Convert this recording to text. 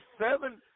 seven